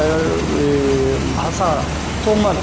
अऽ भाषा कोमल